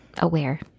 aware